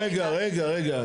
רגע, רגע, רגע.